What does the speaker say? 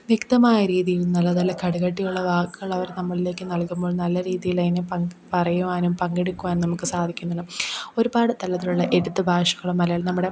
വ്യക്തമായ രീതിയിൽ നല്ല നല്ല കടുകട്ടിയുള്ള വാക്കുകൾ അവർ നമ്മളിലേക്ക് നൽകുമ്പോൾ നല്ല രീതിയിലതിനെ പങ്ക് പറയുവാനും പങ്കെടുക്കുവാൻ നമുക്ക് സാധിക്കുന്നു ഒരുപാട് തലത്തിലുള്ള എടുത്തഭാഷകളും മലയാളം നമ്മുടെ